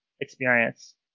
experience